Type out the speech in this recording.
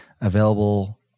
available